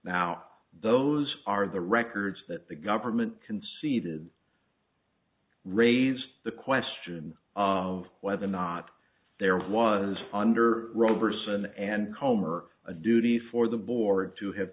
now those are the records that the government conceded raise the question of whether or not there was under rovers an and homer a duty for the board to have